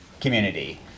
community